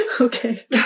okay